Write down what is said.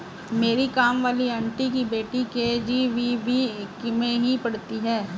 मेरी काम वाली आंटी की बेटी के.जी.बी.वी में ही पढ़ती है